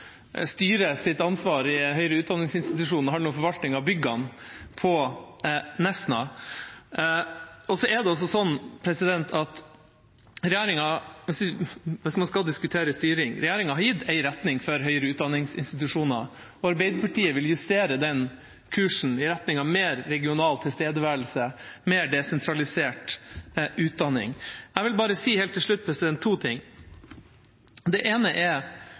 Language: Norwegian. byggene på Nesna. Hvis man skal diskutere styring: Regjeringa har gitt en retning for institusjoner for høyere utdanning, og Arbeiderpartiet vil justere den kursen i retning av mer regional tilstedeværelse og mer desentralisert utdanning. Helt til slutt vil jeg bare si to ting: Det vises her, fra bl.a. saksordføreren, til hva som er vanlig prosedyre i lignende typer saker. Vel, utfordringa for veldig mange distriktssamfunn de siste årene er